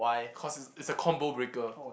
cause it's it's a combo breaker